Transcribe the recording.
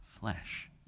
flesh